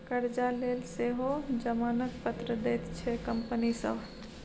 करजा लेल सेहो जमानत पत्र दैत छै कंपनी सभ